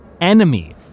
enemy